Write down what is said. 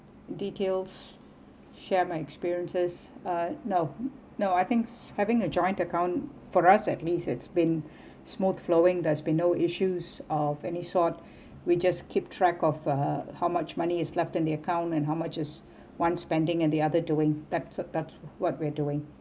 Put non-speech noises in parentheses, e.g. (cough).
details share my experiences uh no no I think having a joint account for us at least it's been (breath) smooth flowing that's been no issues of any sort we just keep track of uh how much money is left in the account and how much is (breath) one spending and the other doing that that what we are doing